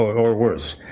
or worse,